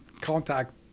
contact